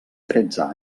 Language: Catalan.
tretze